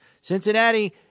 Cincinnati